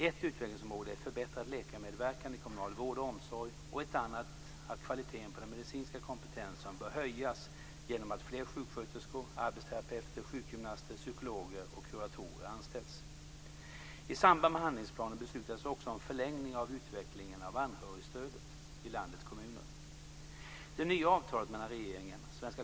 Ett utvecklingsområde är förbättrad läkarmedverkan i kommunal vård och omsorg och ett annat att kvaliteten på den medicinska kompetensen bör höjas genom att fler sjuksköterskor, arbetsterapeuter, sjukgymnaster, psykologer och kuratorer anställs. I samband med handlingsplanen beslutades också om förlängningar av utveckling av anhörigstöd i landets kommuner.